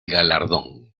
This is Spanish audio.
galardón